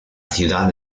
ciudad